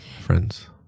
friends